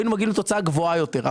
היינו מגיעים לתוצאה גבוהה יותר.